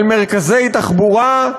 על מרכזי תחבורה,